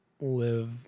live